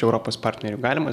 europos partnerių galimas